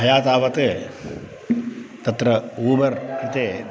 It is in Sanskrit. मया तावत् तत्र ऊबर् कृते